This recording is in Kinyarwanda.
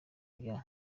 bya